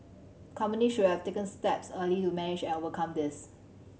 company should have taken steps early to manage and overcome this